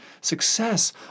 success